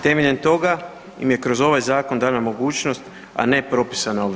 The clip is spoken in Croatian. Temeljem toga im je kroz ovaj zakon dana mogućnost a ne propisana obveza.